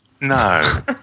No